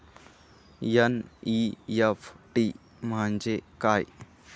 NEFT म्हणजे काय?